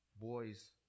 boy's